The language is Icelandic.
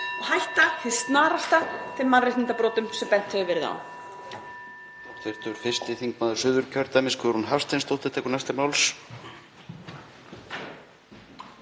og hætta hið snarasta þeim mannréttindabrotum sem bent hefur verið á.